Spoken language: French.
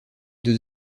deux